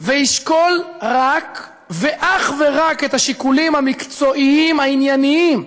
וישקול רק ואך ורק את השיקולים המקצועיים הענייניים,